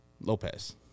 Lopez